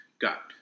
got